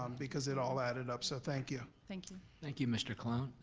um because it all added up, so thank you. thank you. thank you, mr. colon.